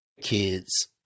Kids